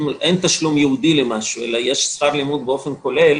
אם אין תשלום ייעודי למשהו אלא יש שכר לימוד באופן כולל,